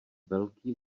velký